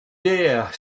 deer